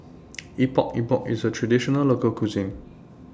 Epok Epok IS A Traditional Local Cuisine